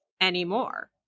anymore